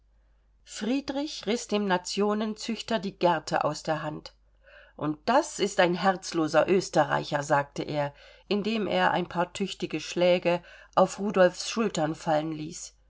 friedrich riß dem nationenzüchter die gerte aus der hand und das ist ein herzloser österreicher sagte er indem er ein paar tüchtige schläge auf rudolfs schultern fallen ließ